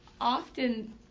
Often